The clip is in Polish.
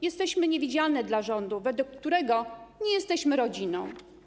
Jesteśmy niewidzialne dla rządu, według którego nie jesteśmy rodziną.